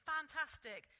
Fantastic